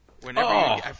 Whenever